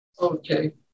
Okay